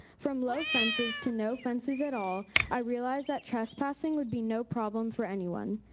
from low fences to no fences at all, i realized that trespassing would be no problem for anyone.